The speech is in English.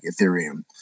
Ethereum